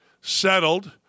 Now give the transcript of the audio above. settled